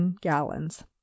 gallons